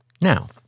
Now